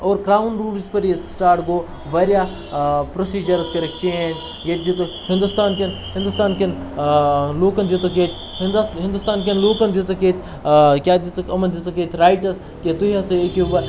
اور crown rule یِژ پھِر ییٚتہِ سٹاٹ گوٚو واریاہ پرٛوسِجَرٕز کٔرِکھ چینٛج ییٚتہِ دِتُکھ ہِندوتانکٮ۪ن ہِندوستانکٮ۪ن لوٗکَن دِتُکھ ییٚتہِ ہِندوسان ہِندوستانکٮ۪ن دِتُکھ ییٚتہِ کیٛاہ دِژٕکھ یِمَن دِژٕکھ ییٚتہِ رایٹٕز کہِ تُہۍ ہَسا ہیٚکِو